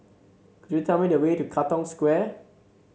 could you tell me the way to Katong Square